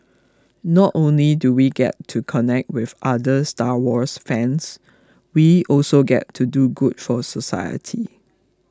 not only do we get to connect with other Star Wars fans we also get to do good for society